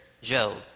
Job